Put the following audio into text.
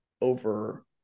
over